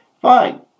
fine